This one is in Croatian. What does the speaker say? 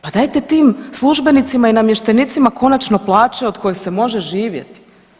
Pa dajte tim službenicima i namještenicima konačno plaće od kojih se može živjeti.